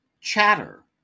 Chatter